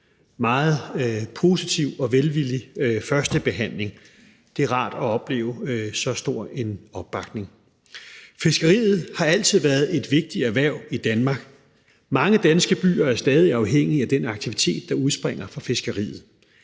meget positiv og velvillig førstebehandling. Det er rart at opleve en så stor opbakning. Fiskeriet har altid været et vigtigt erhverv i Danmark. Mange danske byer er stadig afhængig af den aktivitet, der udspringer fra fiskeriet.